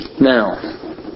Now